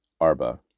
Arba